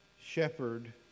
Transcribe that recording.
shepherd